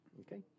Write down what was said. Okay